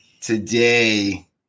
Today